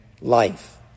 life